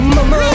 Mama